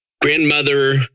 grandmother